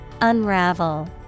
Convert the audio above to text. Unravel